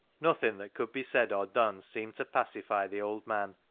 nothing that could be said or done seemed to pacify the old man,